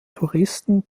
touristen